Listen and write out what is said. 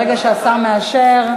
ברגע שהשר מאשר,